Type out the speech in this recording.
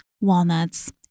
walnuts